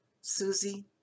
Susie